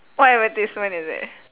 what advertisement is it